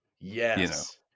Yes